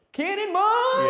cannonball!